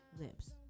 lips